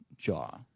Jaw